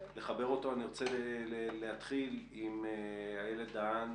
אני רוצה להתחיל עם איילת דהאן,